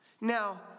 Now